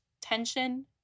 tension